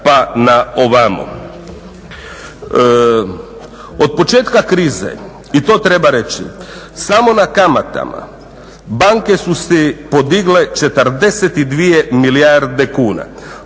pa na ovamo. Od početka krize i to treba reći, samo na kamatama banke su si podigle 42 milijarde kuna.